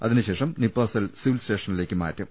അതിനുശേഷം Nipah cell civil സ്റ്റേഷ നിലേക്ക് മാറ്റും